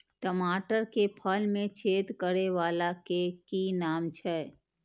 टमाटर के फल में छेद करै वाला के कि नाम छै?